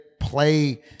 play